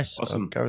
Awesome